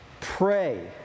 pray